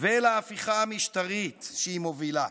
ולהפיכה המשטרית שהיא מובילה.